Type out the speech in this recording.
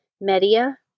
Media